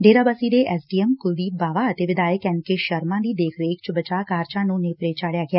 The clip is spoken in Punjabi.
ਡੇਰਾਬੱਸੀ ਦੇ S D M Kuldeep Bawa ਅਤੇ ਵਿਧਾਇਕ ਐਨ ਕੇ ਸ਼ਰਮਾ ਦੀ ਦੇਖਰੇਖ ਚ ਬਚਾਅ ਕਾਰਜਾਂ ਨੂੰ ਨੇਪਰੇ ਚਾੜਿਆ ਗਿਆ